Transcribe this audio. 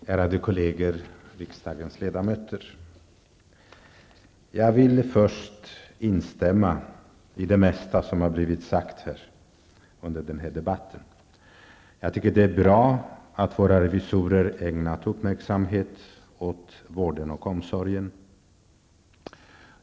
Herr talman! Ärade kolleger, riksdagens ledamöter! Jag vill först instämma i det mesta som sagts hittills i debatten. Jag tycker att det är bra att våra revisorer ägnat uppmärksamhet åt vården och omsorgen.